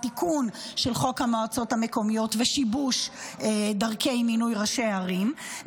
תיקון של חוק המועצות המקומיות ושיבוש דרכי מינוי ראשי ערים,